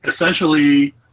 essentially